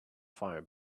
fire